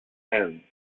ends